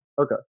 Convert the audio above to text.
Okay